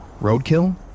Roadkill